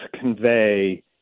convey